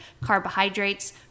carbohydrates